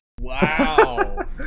Wow